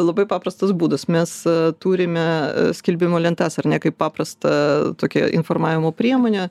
labai paprastas būdas mes turime skelbimų lentas ar ne kaip paprasta tokia informavimo priemonę